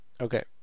Okay